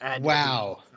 Wow